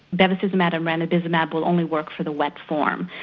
bevacizumab and ranibizumab will only work for the wet form.